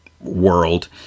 world